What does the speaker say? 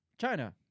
China